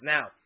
Now